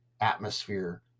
atmosphere